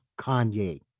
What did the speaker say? Kanye